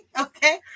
okay